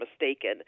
mistaken